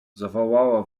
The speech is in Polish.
zawołała